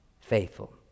faithful